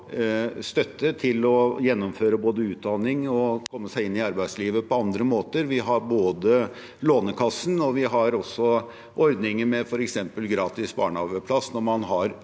få støtte til både å gjennomføre utdanning og komme seg inn i arbeidslivet på andre måter. Vi har Lånekassen, og vi har ordninger med f.eks. gratis barnehageplass når man har